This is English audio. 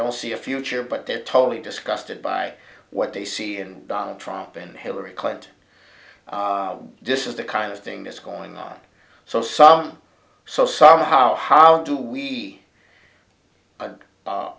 don't see a future but they're totally disgusted by what they see and donald trump and hillary clinton this is the kind of thing that's going on so some so somehow how do we